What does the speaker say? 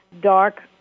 dark